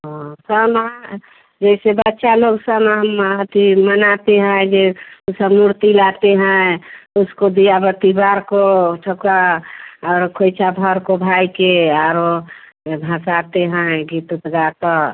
हाँ सामा जैसे बच्चा लोग समा मनाती मनाते हैं यह सब मूर्ति लाते हैं उसको दिया बत्ती बार को सबका और धर को भाई के और वह एब हँसाते हैं गीत ओत गाकर